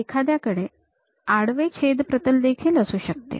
एखाद्याकडे आडवे छेद प्रतल देखील असू शकते